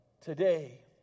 today